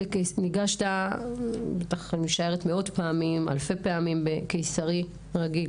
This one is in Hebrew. ניגשתי מאות או אלפי פעמים בקיסרי רגיל